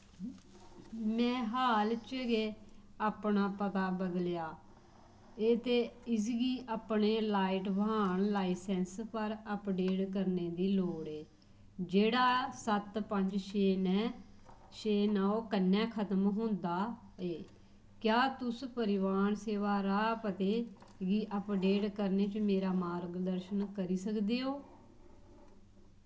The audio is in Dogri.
में हाल च गै अपना पता बदलेआ ऐ ते इसगी अपने लाइट वाहन लाइसैंस पर अपडेट करने दी लोड़ ऐ जेह्ड़ा सत्त पंज छे नौ कन्नै खतम होंदा ऐ क्या तुस परिवहन सेवा राह् पते गी अपडेट करने च मेरा मार्गदर्शन करी सकदे ओ